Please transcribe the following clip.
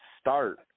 start